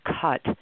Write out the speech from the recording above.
cut